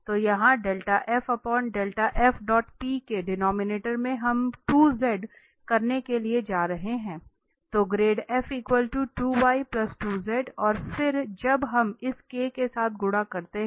तो यहाँ के डिनोमिनेटर में हम 2 z करने के लिए जा रहे हैं तो ग्रेड और फिर जब हम इस के साथ गुणा करते हैं